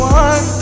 one